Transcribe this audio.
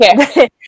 Okay